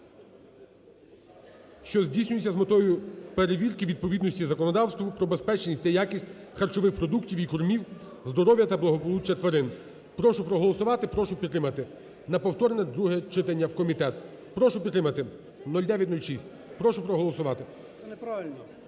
що здійснюється з метою перевірки відповідності законодавству про безпечність та якість харчових продуктів і кормів, здоров'я та благополуччя тварин. Прошу проголосувати, прошу підтримати. На повторне друге читання у комітет. Прошу підтримати 0906. Прошу проголосувати. 13:35:34